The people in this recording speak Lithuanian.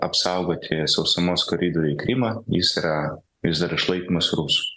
apsaugoti sausumos koridorių į krymą jis yra vis dar išlaikomas rusų